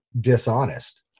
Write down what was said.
dishonest